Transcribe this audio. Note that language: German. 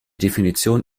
definition